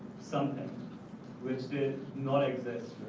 something which did not exist